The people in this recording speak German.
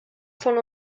von